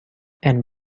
and